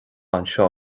anseo